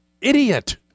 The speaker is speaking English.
idiot